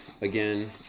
again